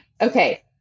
Okay